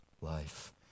life